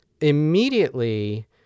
immediately